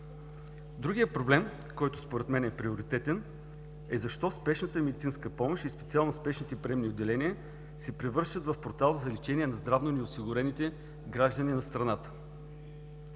Другият проблем, който според мен е приоритетен, е защо спешната медицинска помощ и специално спешните приемни отделения се превръщат в портал за лечение на здравно неосигурените граждани на страната?